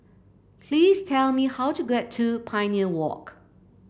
please tell me how to get to Pioneer Walk